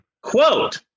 quote